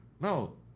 no